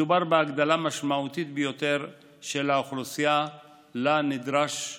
מדובר בהגדלה משמעותית ביותר של האוכלוסייה שלה נדרש טיפול,